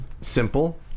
simple